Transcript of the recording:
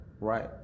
right